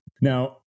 Now